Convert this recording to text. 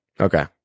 Okay